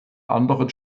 anderen